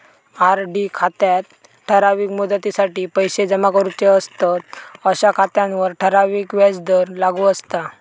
RD खात्यात ठराविक मुदतीसाठी पैशे जमा करूचे असतंत अशा खात्यांवर ठराविक व्याजदर लागू असता